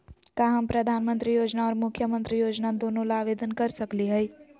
का हम प्रधानमंत्री योजना और मुख्यमंत्री योजना दोनों ला आवेदन कर सकली हई?